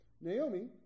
Naomi